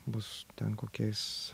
bus ten kokiais